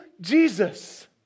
Jesus